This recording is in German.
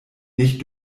nicht